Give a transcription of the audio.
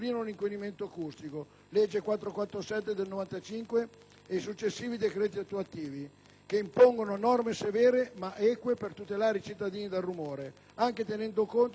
legge n. 447 del 1995 e i successivi decreti attuativi), che impongono norme severe ma eque per tutelare i cittadini dal rumore, anche tenendo conto delle zone territoriali